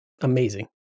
amazing